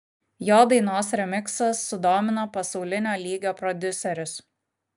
jo dainos remiksas sudomino pasaulinio lygio prodiuserius